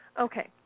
Okay